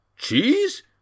Cheese